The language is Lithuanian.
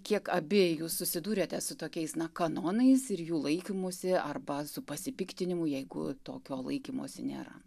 kiek abi jūs susidūrėte su tokiais na kanonais ir jų laikymusi arba su pasipiktinimu jeigu tokio laikymosi nėra